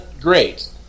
great